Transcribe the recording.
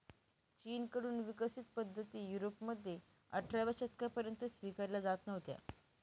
चीन कडून विकसित पद्धती युरोपमध्ये अठराव्या शतकापर्यंत स्वीकारल्या जात नव्हत्या